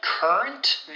Current